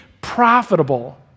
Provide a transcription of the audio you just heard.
profitable